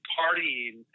partying